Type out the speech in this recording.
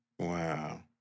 Wow